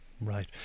Right